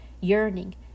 yearning